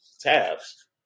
tabs